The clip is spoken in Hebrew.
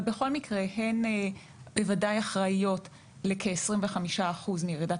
אבל בכל מקרה הן בוודאי אחראיות לכ-25% מירידת